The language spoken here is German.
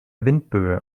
windböe